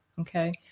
Okay